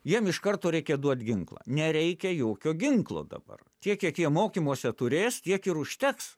jiem iš karto reikia duot ginklą nereikia jokio ginklo dabar tiek kiek jie mokymuose turės tiek ir užteks